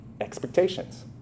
expectations